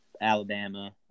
Alabama